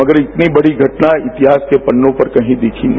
मगर इतनी बड़ी घटना इतिहास के पन्नों पर कही दिखी नहीं